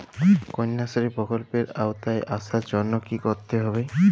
কন্যাশ্রী প্রকল্পের আওতায় আসার জন্য কী করতে হবে?